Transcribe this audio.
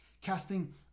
casting